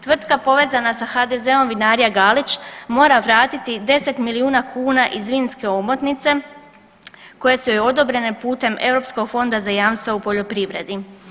Tvrtka povezana sa HDZ-om Vinarija Galić mora vratiti 10 milijuna kuna iz vinske omotnice koje su joj odobrene pute Europskog fonda za jamstva u poljoprivredi.